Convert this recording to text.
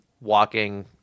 walking